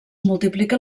multiplica